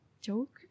joke